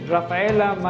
Rafaela